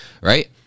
right